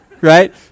right